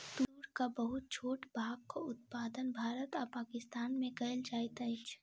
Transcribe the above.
तूरक बहुत छोट भागक उत्पादन भारत आ पाकिस्तान में कएल जाइत अछि